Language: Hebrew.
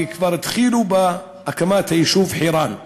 וכבר התחילו בהקמת היישוב חירן.